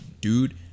dude